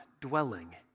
dwelling